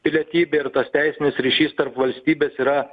pilietybė ir tas teisinis ryšys tarp valstybės yra